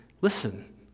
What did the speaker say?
listen